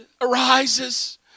arises